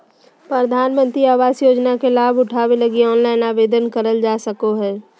प्रधानमंत्री आवास योजना के लाभ उठावे लगी ऑनलाइन आवेदन करल जा सको हय